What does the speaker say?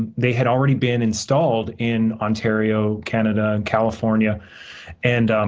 and they had already been installed in ontario, canada and california and